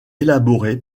élaboré